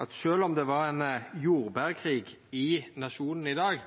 at sjølv om det var ein jordbærkrig i Nationen i dag,